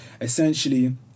essentially